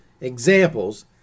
examples